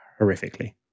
horrifically